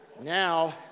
Now